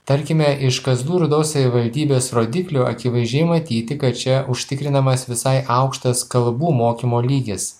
tarkime iš kazlų rūdos savivaldybės rodiklių akivaizdžiai matyti kad čia užtikrinamas visai aukštas kalbų mokymo lygis